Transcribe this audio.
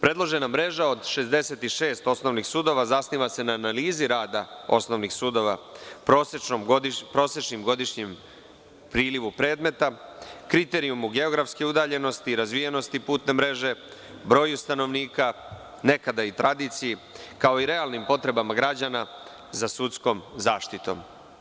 Predložena mreža od 66 osnovnih sudova zasniva se na analizi rada osnovnih sudova, prosečnim godišnjim prilivom predmeta, kriterijumu geografske udaljenosti, razvijenosti putne mreže, broju stanovnika, nekada i tradiciji, kao i realnim potrebama građana za sudskom zaštitom.